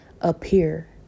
appear